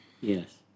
yes